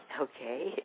Okay